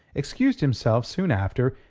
excused himself soon after,